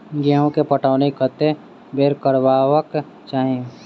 गेंहूँ केँ पटौनी कत्ते बेर करबाक चाहि?